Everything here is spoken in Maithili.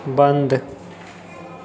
बन्द